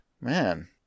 Man